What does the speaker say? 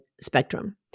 spectrum